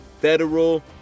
federal